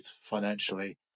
financially